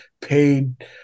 paid